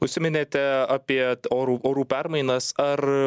užsiminėte apie t orų orų permainas ar